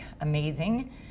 amazing